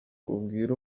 ubwira